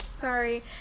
Sorry